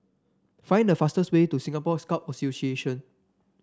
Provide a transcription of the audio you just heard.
find the fastest way to Singapore Scout Association